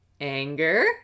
Anger